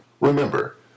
Remember